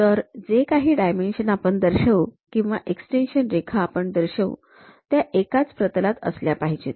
तर जे काही डायमेन्शन आपण दर्शवू किंवा एक्सटेंशन रेखा आपण दर्शवू त्या एकाच प्रतलात असल्या पाहिजेत